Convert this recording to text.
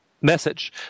message